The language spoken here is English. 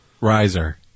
Riser